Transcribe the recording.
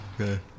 Okay